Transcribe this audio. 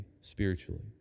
spiritually